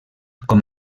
com